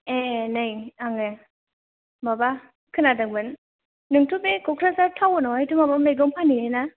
ए नै आङो माबा खोनादोंमोन नोंथ' बे कक्राझार टाउनावहायथ' माबा मैगं फानहैयोना